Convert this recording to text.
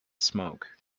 smoke